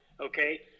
Okay